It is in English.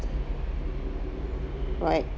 right